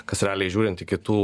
kas realiai žiūrint į kitų